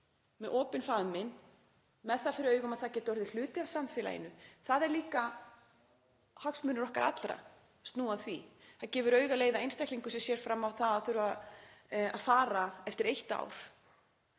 með opinn faðminn, með það fyrir augum að það geti orðið hluti af samfélaginu. Hagsmunir okkar allra snúa líka að því. Það gefur augaleið að einstaklingur sem sér fram á að þurfa að fara eftir eitt ár